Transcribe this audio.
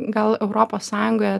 gal europos sąjungoje